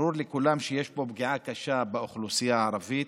ברור לכולם שיש פה פגיעה קשה באוכלוסייה הערבית.